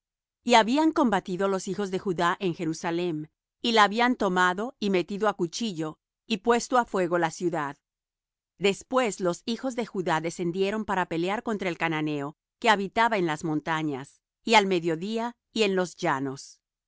y habían combatido los hijos de judá á jerusalem y la habían tomado y metido á cuchillo y puesto á fuego la ciudad después los hijos de judá descendieron para pelear contra el cananeo que habitaba en las montañas y al mediodía y en los llanos